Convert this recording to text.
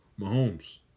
Mahomes